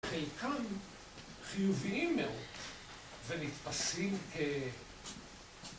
חלקם חיוביים מאוד ונתפסים